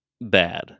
bad